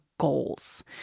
goals